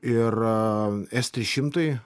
ir s trys šimtai